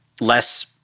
less